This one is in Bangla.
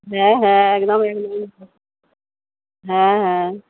হ্যাঁ হ্যাঁ একদম একদম সব হ্যাঁ হ্যাঁ